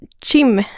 Jim